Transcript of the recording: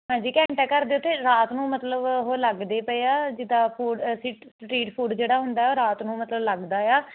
ਹਾਂਜੀ ਘੰਟਾ ਘਰ ਦੇ ਉੱਥੇ ਰਾਤ ਨੂੰ ਮਤਲਬ ਉਹ ਲੱਗਦੇ ਪਏ ਆ ਜਿੱਦਾਂ ਫੂਡ ਸਟ ਸਟਰੀਟ ਫੂਡ ਜਿਹੜਾ ਹੁੰਦਾ ਰਾਤ ਨੂੰ ਮਤਲਬ ਲੱਗਦਾ ਆ